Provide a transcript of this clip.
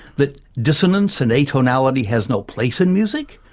that dissonance and atonality has no place in music?